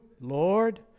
Lord